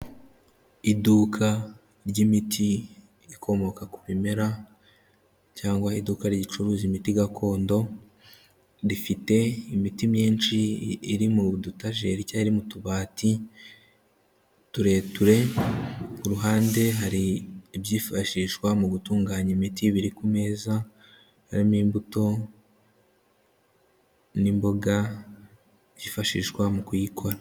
Iduka ry'imiti ikomoka ku bimera cyangwa iduka ricuruza imiti gakondo, rifite imiti myinshi iri mu dutajeri cyangwa iri mu tubati tureture, ku ruhande hari ibyifashishwa mu gutunganya imiti biri ku meza, harimo imbuto n'imboga byifashishwa mu kuyikora.